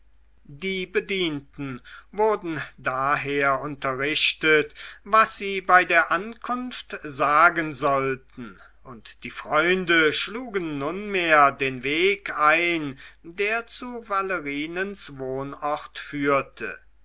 die bedienten wurden daher unterrichtet was sie bei der ankunft sagen sollten und die freunde schlugen nunmehr den weg ein der zu valerinens wohnort führte